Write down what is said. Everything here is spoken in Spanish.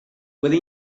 puede